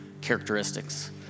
characteristics